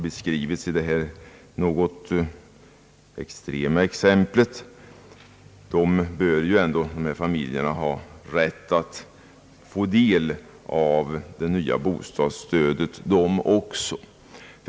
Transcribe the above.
Dessa familjer bör ha rätt att få del av det nya bostadsstödet.